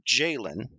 Jalen